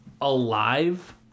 alive